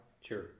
Sure